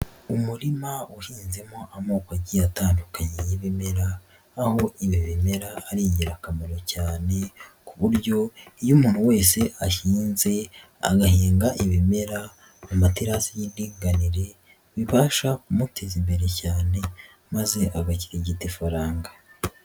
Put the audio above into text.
Umurima uhinzemo amoko agiye atandukanye y'ibimera, aho ibi bimera ari ingirakamaro cyane ku buryo iyo umuntu wese ahinze agahinga ibimera mu materasi y'idinganire, bibasha kumuteza imbere cyane maze agakirigita ifaranga.